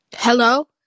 Hello